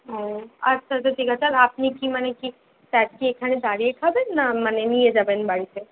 হ্যাঁ আচ্ছা আচ্ছা ঠিক আছে আর আপনি কি মানে কি চাট কি এখানে দাঁড়িয়ে খাবেন না মানে নিয়ে যাবেন বাড়িতে